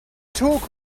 talk